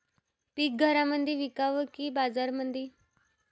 पीक घरामंदी विकावं की बाजारामंदी?